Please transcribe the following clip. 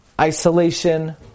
isolation